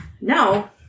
No